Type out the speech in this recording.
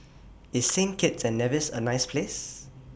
IS Saint Kitts and Nevis A nice Place